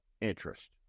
interest